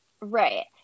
Right